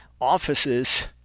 offices